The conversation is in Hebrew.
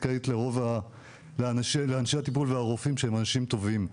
קרדיט לרוב אנשי הטיפול והרופאים שהם אנשים טובים.